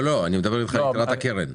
לא, לא, אני מדבר איתך על יתרת הקרן.